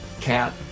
cat